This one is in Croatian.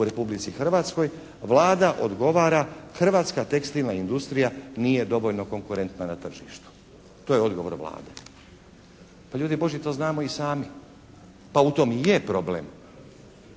u Republici Hrvatskoj? Vlada odgovara, Hrvatska tekstilna industrija nije dovoljno konkurentna na tržištu. To je odgovor Vlade. Pa ljudi Božji to znamo i sami. Pa u tom i je problem.